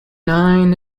nine